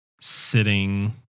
sitting